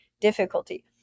difficulty